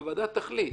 והיא תחליט.